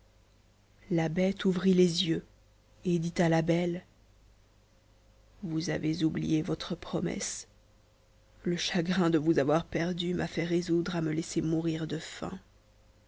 la bête ouvrit les yeux et dit à la belle vous avez oublié votre promesse le chagrin de vous avoir perdue m'a fait résoudre à me laisser mourir de faim